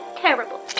terrible